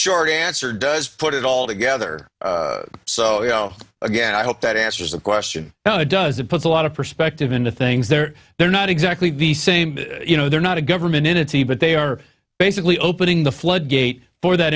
short answer does put it all together so you know again i hope that answers the question now does it put a lot of perspective into things they're they're not exactly the same you know they're not a government entity but they are basically opening the flood gate for that